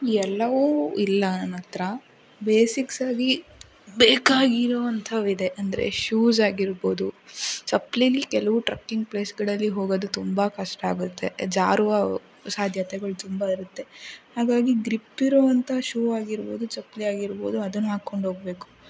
ಎಲ್ಲವೂ ಇಲ್ಲ ನನ್ನ ಹತ್ತಿರ ಬೇಸಿಕ್ಸಾಗಿ ಬೇಕಾಗಿರುವಂಥವಿದೆ ಅಂದರೆ ಶೂಸ್ ಆಗಿರ್ಬೋದು ಚಪ್ಲಿಲಿ ಕೆಲವು ಟ್ರಕ್ಕಿಂಗ್ ಪ್ಲೇಸ್ಗಳಲ್ಲಿ ಹೋಗೋದು ತುಂಬ ಕಷ್ಟ ಆಗುತ್ತೆ ಜಾರುವ ಸಾಧ್ಯತೆಗಳು ತುಂಬ ಇರುತ್ತೆ ಹಾಗಾಗಿ ಗ್ರಿಪ್ ಇರುವಂಥ ಶೂ ಆಗಿರ್ಬೋದು ಚಪ್ಪಲಿ ಆಗಿರ್ಬೋದು ಅದನ್ನು ಹಾಕ್ಕೊಂಡು ಹೋಗಬೇಕು